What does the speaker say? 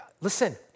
Listen